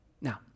Now